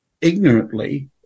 ignorantly